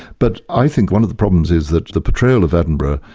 but i think one of the problems is that the portrayal of edinburgh,